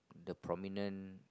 the prominent